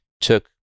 took